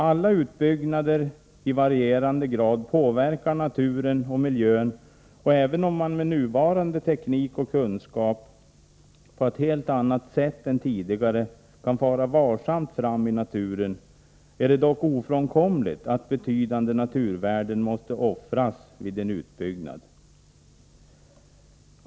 Alla utbyggnader av varierande storlek påverkar naturen och miljön, och även om man med nuvarande teknik och kunskap på ett helt annat sätt än tidigare kan fara varsamt fram med naturen, är det dock ofrånkomligt att betydande naturvärden måste offras vid en utbyggnad.